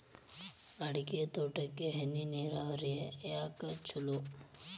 ಅಡಿಕೆ ತೋಟಕ್ಕ ಹನಿ ನೇರಾವರಿಯೇ ಯಾಕ ಛಲೋ?